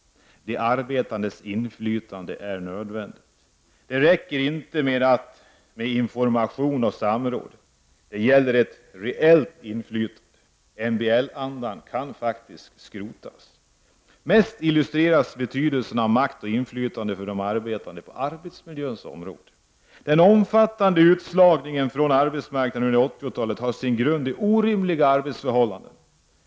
De arbetandes inflytande är nödvändigt. Det räcker inte med information och samråd. Det gäller ett reellt inflytande. MBL-andan kan faktiskt skro Mest illustreras betydelsen av makt och inflytande för de arbetande på arbetsmiljöns område. Den omfattade utslagningen från arbetsmarknaden under 80-talet har som grund orimliga arbetsförhållanden.